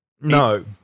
No